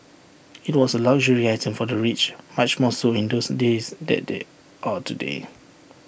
IT was A luxury item for the rich much more so in those days than they are today